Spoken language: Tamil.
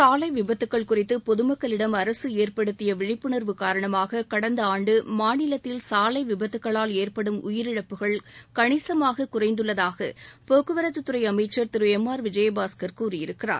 சாலை விபத்துக்கள் குறித்து பொதுமக்களிடம் அரசு ஏற்படுத்திய விழிப்புணர்வு காரணமாக கடந்த ஆண்டு மாநிலத்தில் சாலை விபத்துக்களால் ஏற்படும் உயிரிழப்புகள் கணிசமாக குறைந்துள்ளதாக போக்குவரத்துத்துறை அமைச்சர் திரு எம் ஆர் விஜயபாஸ்கர் கூறியிருக்கிறார்